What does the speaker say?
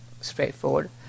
straightforward